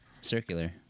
circular